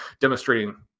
demonstrating